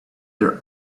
their